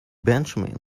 benjamin